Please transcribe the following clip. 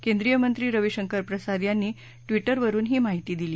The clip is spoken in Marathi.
केंद्रीय मंत्री रविशंकर प्रसाद यांनी ट्विटरवरून ही माहिती दिली